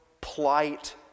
plight